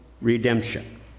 redemption